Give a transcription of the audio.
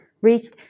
Reached